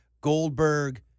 Goldberg